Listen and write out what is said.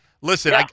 Listen